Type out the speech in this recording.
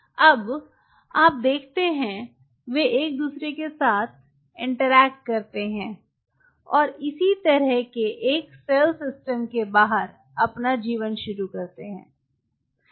अब आप देखते हैं वे एक दूसरे के साथ बातचीत करते हैं और इसी तरह एक सेल सिस्टम के बाहर अपना जीवन शुरू करता है